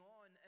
on